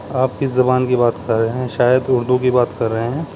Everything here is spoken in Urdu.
آپ کس زبان کی بات کر رہے ہیں شاید اردو کی بات کر رہے ہیں